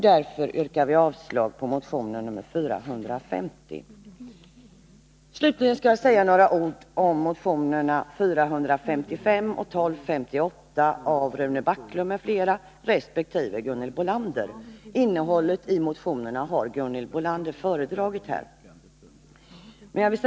Därför yrkar vi avslag på motion 450. Slutligen skall jag säga några ord om motionerna 455 och 1258 av Rune Backlund m.fl. resp. Gunhild Bolander. Innehållet i motionerna har Gunhild Bolander föredragit här.